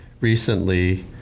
recently